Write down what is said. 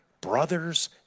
brothers